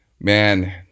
Man